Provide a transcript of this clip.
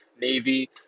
navy